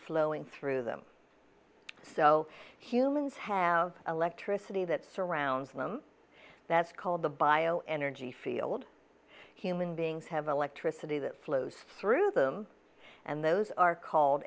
flowing through them so humans have electricity that surrounds them that's called the bio energy field human beings have electricity that flows through them and those are called